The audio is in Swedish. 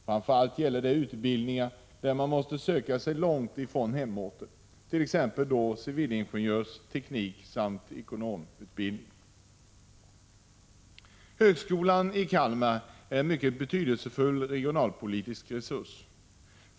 Framför allt gäller detta utbildningar, där man måste söka sig långt från hemorten, t.ex. civilingenjörs-, tekniksamt ekonomutbildning. Högskolan i Kalmar är en mycket betydelsefull regionalpolitisk resurs.